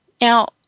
Now